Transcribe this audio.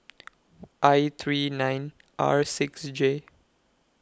I three nine R six J